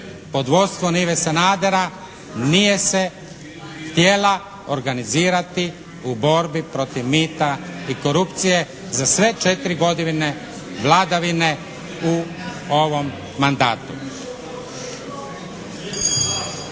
pod vodstvom Ive Sanadera nije se htjela organizirati u borbi protiv mita i korupcije za sve četiri godine vladavine u ovom mandatu.